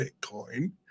Bitcoin